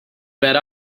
bet